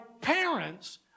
parents